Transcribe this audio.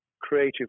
creative